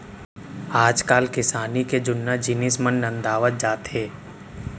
आजकाल किसानी के जुन्ना जिनिस मन नंदावत जात हें